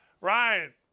Ryan